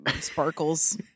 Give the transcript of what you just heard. sparkles